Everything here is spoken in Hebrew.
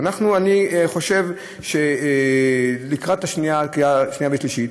אני חושב שלקראת קריאה שנייה ושלישית,